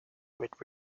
with